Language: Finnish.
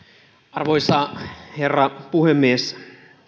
arvoisa herra puhemies